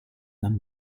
dann